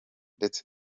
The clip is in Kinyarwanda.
ndetse